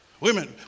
women